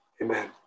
amen